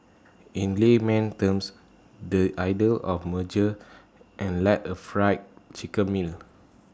in layman terms the idea of merger and like A Fried Chicken meal